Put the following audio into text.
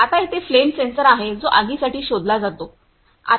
आता येथे flame sensor आहे जो आगीसाठी शोधला जातो